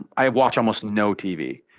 i watch almost no tv.